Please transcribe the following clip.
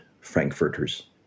frankfurters